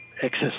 excess